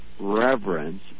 reverence